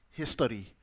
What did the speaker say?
history